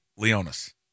Leonis